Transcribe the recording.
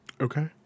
Okay